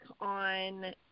on